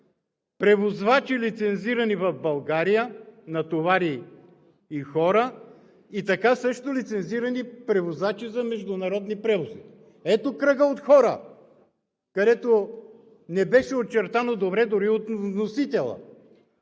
и хора, лицензирани в България; така също лицензирани превозвачи за международни превози. Ето кръга от хора, което не беше очертано добре дори от вносителя.